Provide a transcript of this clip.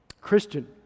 Christian